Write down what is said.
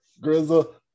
grizzle